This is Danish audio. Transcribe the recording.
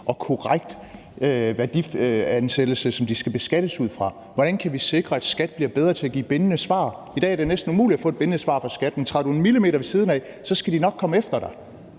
og korrekt værdiansættelse, som de skal beskattes ud fra? Hvordan kan vi sikre, at skattevæsenet bliver bedre til at give bindende svar? I dag er det nærmest umuligt at få et bindende svar fra skattevæsenet, men træder du 1 mm ved siden af, skal de nok komme efter dig.